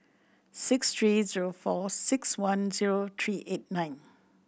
six three zero four six one zero three eight nine